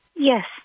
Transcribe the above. Yes